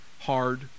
hard